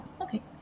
okay